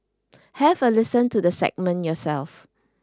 have a listen to the segment yourself